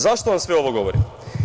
Zašto vam sve ovo govorim?